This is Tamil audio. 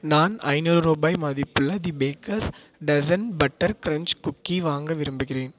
நான் ஐந்நூறு ரூபாய் மதிப்புள்ள the Bakers Dozen butter crunch cookie வாங்க விரும்புகிறேன்